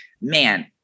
man